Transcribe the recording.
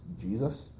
jesus